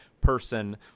person